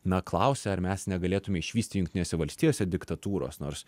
na klausia ar mes negalėtume išvysti jungtinėse valstijose diktatūros nors